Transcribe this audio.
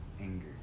anger